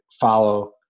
follow